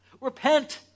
Repent